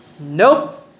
Nope